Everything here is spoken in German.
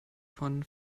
von